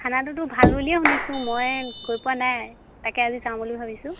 খানাটোতো ভাল বুলিয়ে শুনিছোঁ মই গৈ পোৱা নাই তাকে আজি যাওঁ বুলি ভাবিছোঁ